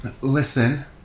listen